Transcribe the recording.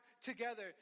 together